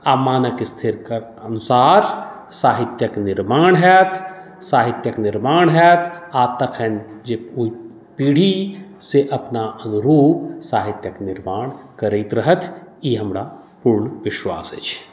आ मानक स्थिरके अनुसार साहित्यक निर्माण होयत साहित्यक निर्माण होयत आ तखन जे पीढ़ी से अपना अनुरूप साहित्यक निर्माण करैत रहथि ई हमरा पूर्ण विश्वास अछि